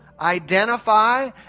identify